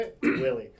Willie